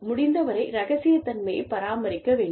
முடிந்தவரை இரகசியத்தன்மையைப் பராமரிக்க வேண்டும்